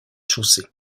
chaussée